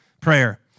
Prayer